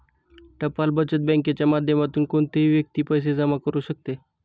टपाल बचत बँकेच्या माध्यमातून कोणतीही व्यक्ती पैसे जमा करू शकते